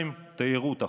1.2%; תיירות,